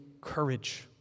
courage